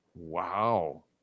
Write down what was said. Wow